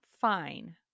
Fine